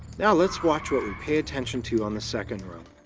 now let's watch what we pay attention to on the second rung.